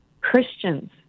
Christians